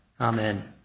Amen